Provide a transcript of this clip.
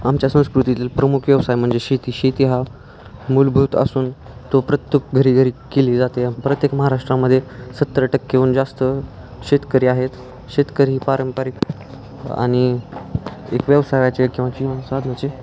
आमच्या संस्कृतीतील प्रमुख व्यवसाय म्हणजे शेती शेती हा मूलभूत असून तो प्रत्येक घरी घरी केली जाते प्रत्येक महाराष्ट्रामध्ये सत्तर टक्केहून जास्त शेतकरी आहेत शेतकरी ही पारंपरिक आणि एक व्यवसायाचे किंवा जीवन साधनाचे